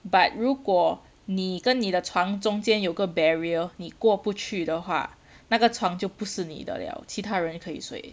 but 如果你跟你的床中间有个 barrier 你过不去的话那个床就不是你的 liao 其他人可以睡